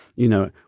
you know,